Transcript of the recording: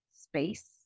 space